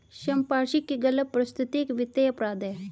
संपार्श्विक की गलत प्रस्तुति एक वित्तीय अपराध है